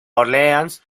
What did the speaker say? orleans